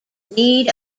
need